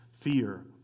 fear